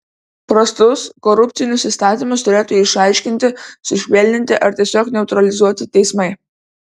prastus korupcinius įstatymus turėtų išaiškinti sušvelninti ar tiesiog neutralizuoti teismai